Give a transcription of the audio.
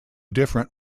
different